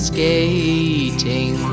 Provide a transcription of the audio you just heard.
Skating